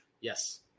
Yes